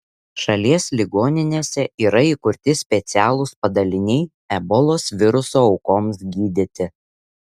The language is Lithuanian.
šalies ligoninėse yra įkurti specialūs padaliniai ebolos viruso aukoms gydyti